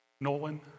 Nolan